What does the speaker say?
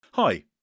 Hi